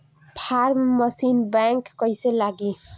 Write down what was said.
Form machine बैक कईसे लागी?